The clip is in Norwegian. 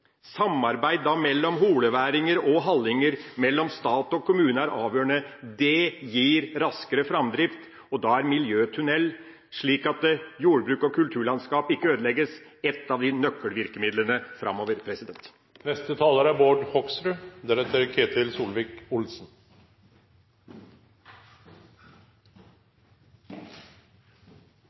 Samarbeid mellom holeværinger og hallinger, mellom stat og kommune, er avgjørende. Det gir raskere framdrift, og da er miljøtunnel, slik at jordbruk og kulturlandskap ikke ødelegges, et av nøkkelvirkemidlene framover.